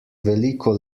veliko